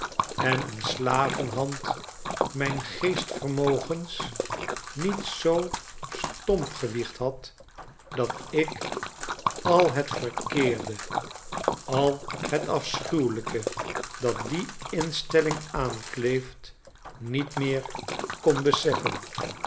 en een slavenhand mijn geestvermogens niet zoo stompgewiegd had dat ik al het verkeerde al het afschuwelijke dat die instelling aankleeft niet meer kon beseffen